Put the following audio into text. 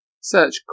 search